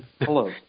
Hello